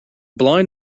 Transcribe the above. blind